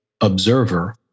observer